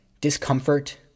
discomfort